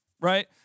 Right